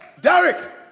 derek